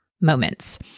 moments